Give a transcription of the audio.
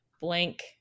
blank